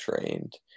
trained